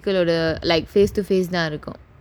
like face to face தான் இருக்கும்:thaan irukum